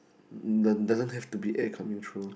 does~ doesn't have to be air coming through